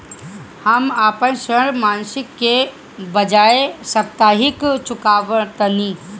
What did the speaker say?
हम अपन ऋण मासिक के बजाय साप्ताहिक चुकावतानी